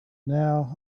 now